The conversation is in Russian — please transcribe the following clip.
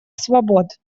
свобод